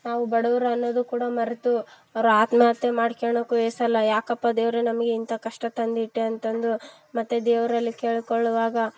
ನಾವು ಬಡೌರು ಅನ್ನೋದು ಕೂಡ ಮರೆತು ಅವ್ರು ಆತ್ಮಹತ್ಯೆ ಮಾಡ್ಕ್ಯಳಕ್ಕು ಹೇಸಲ್ಲ ಯಾಕಪ್ಪ ದೇವರೇ ನಮಗೆ ಇಂಥ ಕಷ್ಟ ತಂದಿಟ್ಟೆ ಅಂತಂದು ಮತ್ತೆ ದೇವರಲ್ಲಿ ಕೇಳಿಕೊಳ್ಳುವಾಗ